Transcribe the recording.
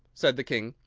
said the king.